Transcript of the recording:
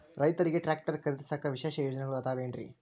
ರೈತರಿಗೆ ಟ್ರ್ಯಾಕ್ಟರ್ ಖರೇದಿಸಾಕ ವಿಶೇಷ ಯೋಜನೆಗಳು ಅದಾವೇನ್ರಿ?